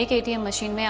like atm machine?